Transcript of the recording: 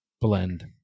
blend